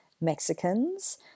Mexicans